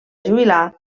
jubilar